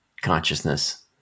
consciousness